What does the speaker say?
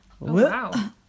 Wow